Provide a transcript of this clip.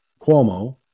Cuomo